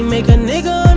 make a nigga